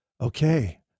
okay